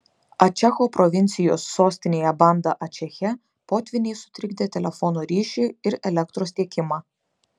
ačecho provincijos sostinėje banda ačeche potvyniai sutrikdė telefono ryšį ir elektros tiekimą